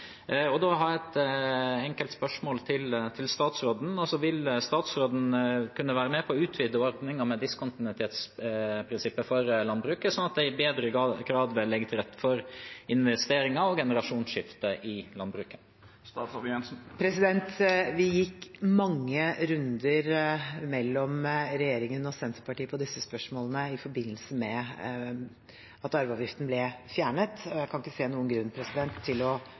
og generasjonsskifter i landbruket? Vi gikk mange runder mellom regjeringen og Senterpartiet om disse spørsmålene i forbindelse med at arveavgiften ble fjernet, og jeg kan ikke se noen grunn til